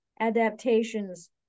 adaptations